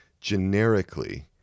generically